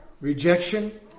Rejection